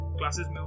classes